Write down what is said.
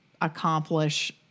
accomplish